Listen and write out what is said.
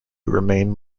remained